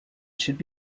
should